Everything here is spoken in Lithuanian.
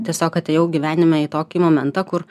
tiesiog atėjau gyvenime į tokį momentą kur